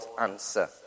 answer